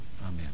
Amen